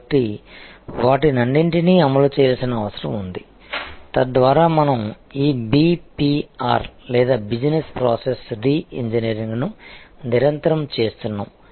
కాబట్టి వాటన్నింటినీ అమలు చేయాల్సిన అవసరం ఉంది తద్వారా మనం ఈ బిపిఆర్ లేదా బిజినెస్ ప్రాసెస్ రీ ఇంజనీరింగ్ను నిరంతరం చేస్తున్నాము